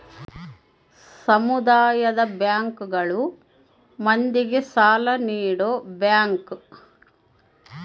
ಸಮುದಾಯ ಬ್ಯಾಂಕ್ ಗಳು ಮಂದಿಗೆ ಸಾಲ ನೀಡ ಬ್ಯಾಂಕ್